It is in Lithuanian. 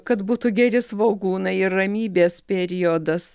kad būtų geri svogūnai ir ramybės periodas